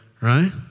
right